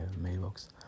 mailbox